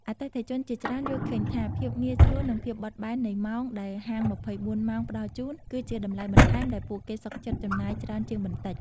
អតិថិជនជាច្រើនយល់ឃើញថា ភាពងាយស្រួល និង ភាពបត់បែននៃម៉ោង ដែលហាង ២៤ ម៉ោងផ្តល់ជូន គឺជា តម្លៃបន្ថែមដែលពួកគេសុខចិត្តចំណាយច្រើនជាងបន្តិច។